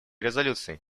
резолюции